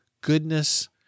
goodness